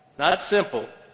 not simple,